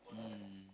mm